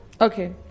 okay